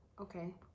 Okay